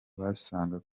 basanga